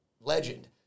legend